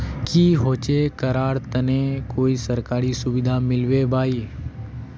की होचे करार तने कोई सरकारी सुविधा मिलबे बाई?